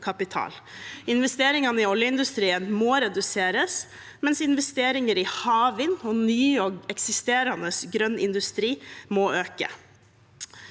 Investeringene i oljeindustrien må reduseres, mens investeringene i havvind og ny og eksisterende grønn industri må økes.